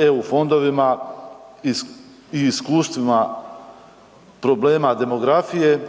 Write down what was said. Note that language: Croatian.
EU fondovima i iskustvima problema demografije,